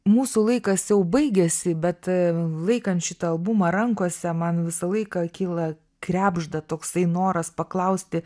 mūsų laikas jau baigėsi bet laikant šitą albumą rankose man visą laiką kyla krebžda toksai noras paklausti